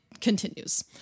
continues